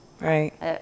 right